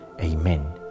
Amen